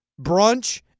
brunch